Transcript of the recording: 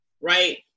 Right